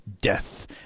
Death